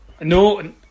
No